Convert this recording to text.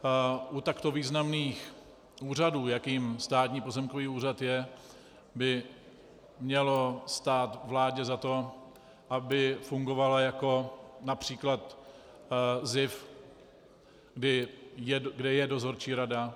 U takto významných úřadů, jakým Státní pozemkový úřad je, by mělo stát vládě za to, aby fungovala jako například ZIF, kde je dozorčí rada.